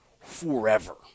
forever